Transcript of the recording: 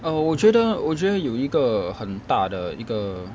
err 我觉得我觉得有一个很大的一个